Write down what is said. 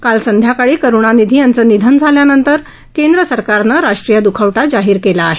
काल संध्याकाळी करुणानिधी यांचं निधन झाल्यानंतर केंद्र सरकारनं राष्ट्रीय दुखवटा जाहीर केला आहे